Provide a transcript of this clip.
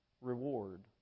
reward